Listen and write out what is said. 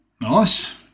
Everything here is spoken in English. Nice